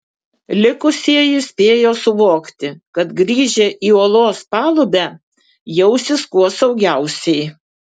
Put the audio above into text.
likusieji spėjo suvokti kad grįžę į olos palubę jausis kuo saugiausiai